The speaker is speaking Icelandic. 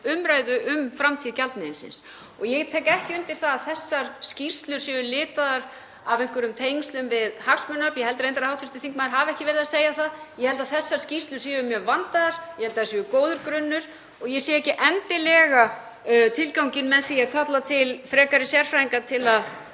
umræðu um framtíð gjaldmiðilsins. Ég tek ekki undir það að þessar skýrslur séu litaðar af einhverjum tengslum við hagsmunaöfl. Ég held reyndar að hv. þingmaður hafi ekki verið að segja það. Ég held að þessar skýrslur séu mjög vandaðar. Ég held að þær séu góður grunnur og ég sé ekki endilega tilganginn með því að kalla til frekari sérfræðinga til að